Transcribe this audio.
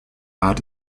art